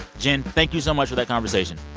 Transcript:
jen, thank you so much for that conversation.